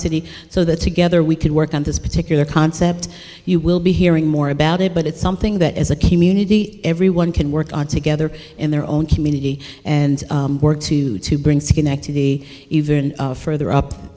city so that together we could work on this particular concept you will be hearing more about it but it's something that as a community everyone can work on together in their own community and work to to bring schenectady even further